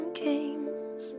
kings